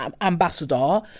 ambassador